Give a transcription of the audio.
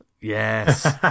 Yes